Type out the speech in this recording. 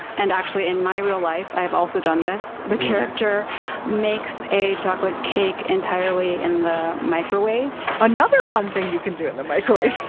and actually in my real life, i have also done this. and the character makes a chocolate cake entirely in the microwave another fun thing you can do in the microwave she